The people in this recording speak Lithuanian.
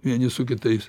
vieni su kitais